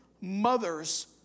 mothers